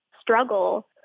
struggle